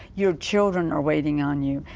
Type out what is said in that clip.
your children are waiting on you.